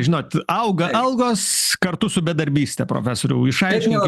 žinot auga algos kartu su bedarbyste profesoriau išaiškinkit